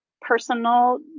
personal